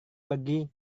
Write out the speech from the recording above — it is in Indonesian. pergi